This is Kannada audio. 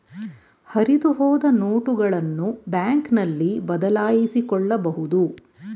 ಹರಿದುಹೋದ ನೋಟುಗಳನ್ನು ಬ್ಯಾಂಕ್ನಲ್ಲಿ ಬದಲಾಯಿಸಿಕೊಳ್ಳಬಹುದು